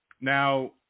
now